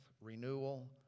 renewal